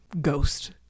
ghost